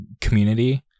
community